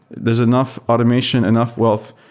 there's enough automation, enough wealth.